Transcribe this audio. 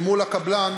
אל מול הקבלן,